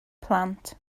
plant